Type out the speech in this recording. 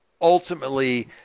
ultimately